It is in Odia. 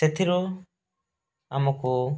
ସେଥିରୁ ଆମକୁ